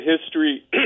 history